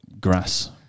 grass